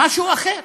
משהו אחר: